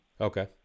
Okay